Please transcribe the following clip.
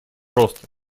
роста